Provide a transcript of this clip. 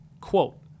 Quote